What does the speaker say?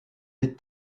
des